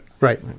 Right